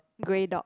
grey dog